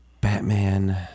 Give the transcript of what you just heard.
Batman